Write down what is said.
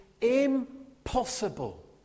impossible